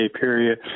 period